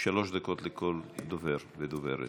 שלוש דקות לכל דובר ודוברת.